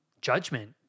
judgment